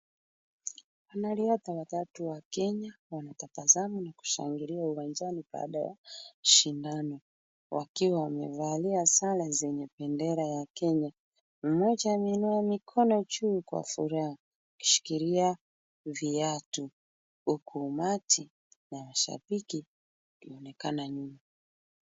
Wanariadha watatu wa kenya wanatabasamu na kushangilia uwanjani baada ya shindano wakiwa wamevalia sare zenye bendera ya kenya. Mmoja ameinua mikono juu kwa furaha akishikilia viatu huku umati na mashabiki ukionekana nyuma.